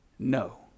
No